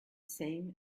same